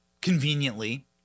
conveniently